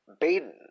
Baden